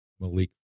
Malik